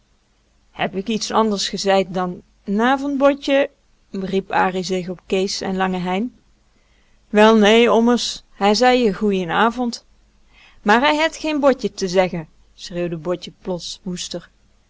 heb ik iets anders gezeid dan n avond botje beriep an zich op kees en lange hein wel nee ommers hij zei je goeien avond maar hij het geen botje te zeggen schreeuwde botje plots woester